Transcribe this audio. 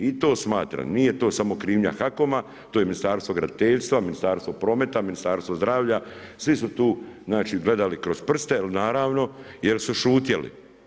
I to smatram, nije to samo krivnja HAKOM-a to je Ministarstvo graditeljstva, Ministarstvo prometa, Ministarstvo zdravalja, svi su tu znači gledali kroz prste, jer naravno, jer su šutjeli.